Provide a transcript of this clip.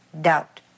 doubt